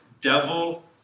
devil